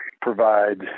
provide –